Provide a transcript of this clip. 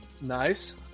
Nice